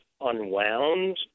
unwound